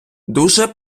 дуже